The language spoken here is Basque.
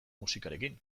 musikarekin